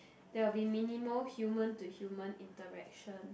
there will be minimal human to human interaction